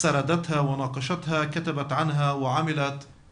סיפרה אותו וקיימה דיאלוג סביבו,